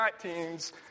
19's